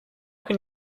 can